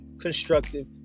constructive